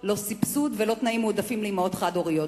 לא סבסוד ולא תנאים מועדפים לאמהות חד-הוריות.